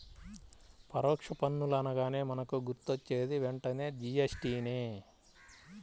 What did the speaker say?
పరోక్ష పన్నులు అనగానే మనకు గుర్తొచ్చేది వెంటనే జీ.ఎస్.టి నే